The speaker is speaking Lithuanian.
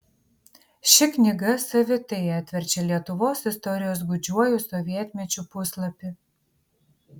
ši knyga savitai atverčia lietuvos istorijos gūdžiuoju sovietmečiu puslapį